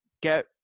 get